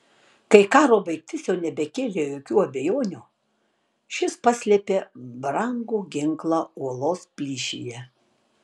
kai karo baigtis jau nebekėlė jokių abejonių šis paslėpė brangų ginklą uolos plyšyje